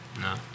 No